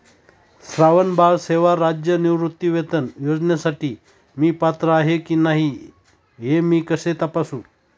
श्रावणबाळ सेवा राज्य निवृत्तीवेतन योजनेसाठी मी पात्र आहे की नाही हे मी कसे तपासू?